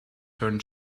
turned